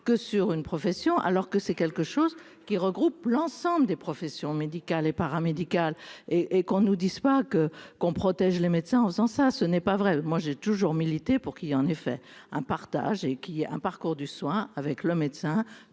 que sur une profession, alors que c'est quelque chose qui regroupe l'ensemble des professions médicales et paramédicales et et qu'on nous dise pas que qu'on protège les médecins en faisant ça, ce n'est pas vrai, moi j'ai toujours milité pour qu'il y a en effet un partage et qui est un parcours du soin avec le médecin,